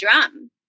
drum